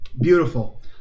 Beautiful